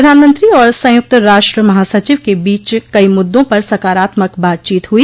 प्रधानमंत्री और संयुक्त राष्ट्र महासचिव के बीच कई मुद्दों पर सकारात्मक बातचीत हुई